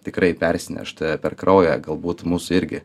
tikrai persinešt per kraują galbūt mūsų irgi